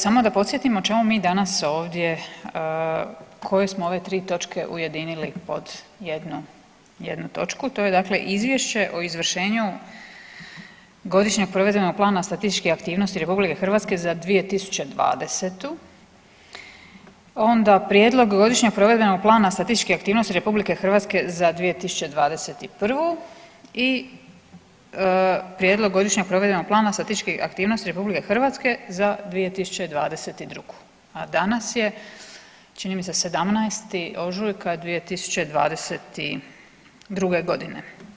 Samo da podsjetim o čemu mi danas ovdje koje smo ove tri točke ujedinili pod jednu točku, to je dakle Izvješće o izvršenju Godišnjeg provedbenog plana statističkih aktivnosti RH 2020. onda prijedlog Godišnjeg provedenog plana statističke aktivnosti RH za 2021. i prijedlog Godišnjeg provedenog plana statističkih aktivnosti RH za 2022., a danas je čini mi se 17. ožujka 2022. godine.